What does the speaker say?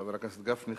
חבר הכנסת גפני,